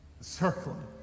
circling